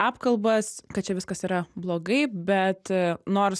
apkalbas kad čia viskas yra blogai bet nors